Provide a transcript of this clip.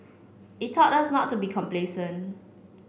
it taught us not to be complacent